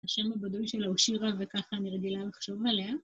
השם הבדוי שלה הוא שירה וככה אני רגילה לחשוב עליה.